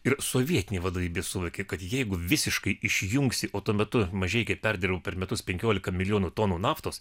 ir sovietinė vadovybė suvokė kad jeigu visiškai išjungsi o tuo metu mažeikiai perdirbo per metus penkiolika milijonų tonų naftos